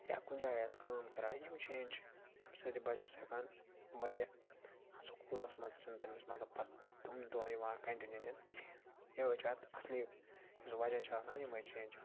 یا کُنۍ جایہ آسہِ کٲم کَران یِم چینٛج چھِ اَمہِ سۭتۍ چھِ بَچَس ہٮ۪کان واریاہ سکولَس منٛز چھَنہٕ تٔمِس مَطلَب پَتہٕ تِم دۄہ یِوان کَنٛٹِنیوٗ دِنہٕ کِہیٖنۍ یُہوٚے چھُ اَتھ اَصلی یُس وَجہ چھُ آسان یِمَے چینٛج چھِ آسان